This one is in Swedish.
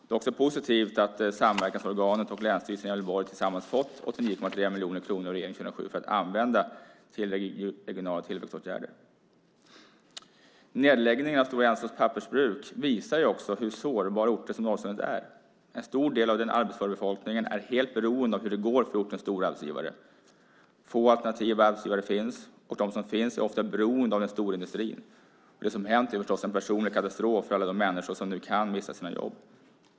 Det är också positivt att samverkansorganet och länsstyrelsen i Gävleborg tillsammans har fått 89,3 miljoner kronor av regeringen för att använda till regionala tillväxtåtgärder. Nedläggningen av Stora Ensos pappersbruk visar också hur sårbar en ort som Norrsundet är. En stor del av den arbetsföra befolkningen är helt beroende av hur det går för ortens stora arbetsgivare. Få alternativa arbetsgivare finns, och de som finns är ofta beroende av den stora industrin. Det som har hänt är förstås en personlig katastrof för alla de människor som nu kan mista sina jobb.